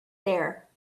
there